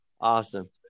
Awesome